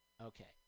Okay